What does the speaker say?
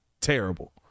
terrible